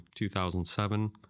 2007